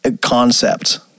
concept